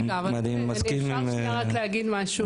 רגע, אם אפשר להגיד משהו.